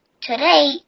Today